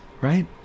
right